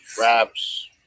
wraps